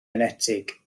enetig